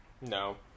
No